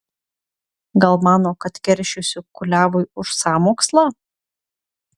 gal mano kad keršysiu kuliavui už sąmokslą